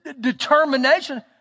determination